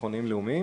הוועדה.